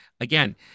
Again